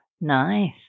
Nice